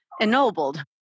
ennobled